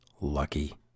lucky